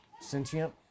sentient